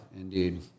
indeed